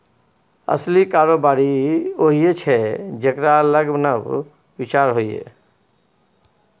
असली कारोबारी उएह छै जेकरा लग नब विचार होए